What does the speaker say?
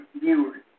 viewers